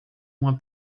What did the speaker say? uma